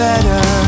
Better